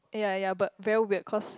yea yea but very weird cause